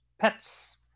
pets